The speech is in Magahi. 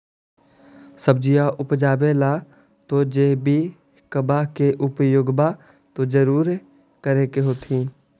सब्जिया उपजाबे ला तो जैबिकबा के उपयोग्बा तो जरुरे कर होथिं?